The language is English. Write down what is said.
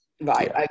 Right